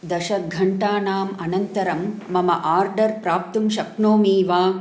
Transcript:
दश घण्टानाम् अनन्तरं मम आर्डर् प्राप्तुं शक्नोमी वा